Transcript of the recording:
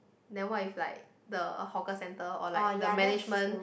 the what if like the hawker center or like the management